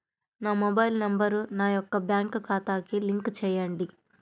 నా mobile number నా యొక్క బ్యాంక్ ఖాతాకి లింక్ చేయండీ?